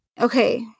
okay